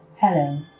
Hello